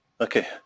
Okay